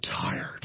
tired